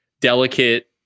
delicate